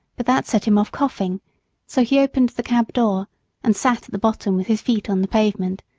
but that set him off coughing so he opened the cab door and sat at the bottom with his feet on the pavement,